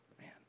Man